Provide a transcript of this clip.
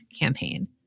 campaign